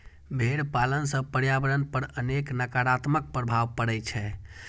भेड़ पालन सं पर्यावरण पर अनेक नकारात्मक प्रभाव पड़ै छै